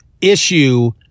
issue